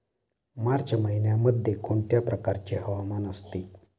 मार्च महिन्यामध्ये कोणत्या प्रकारचे हवामान असते?